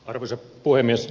arvoisa puhemies